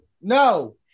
no